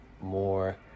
more